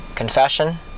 Confession